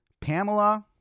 pamela